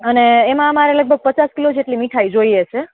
અને એમાં અમારે લગભગ પચાસ કિલો જેટલી મીઠાઈ જોઈએ છે